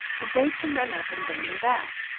and bade him run up and bring them back.